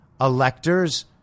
electors